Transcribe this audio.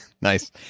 nice